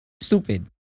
stupid